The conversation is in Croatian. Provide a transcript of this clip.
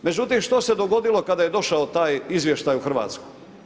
Međutim, što se dogodilo kada je došao taj izvještaj u Hrvatsku?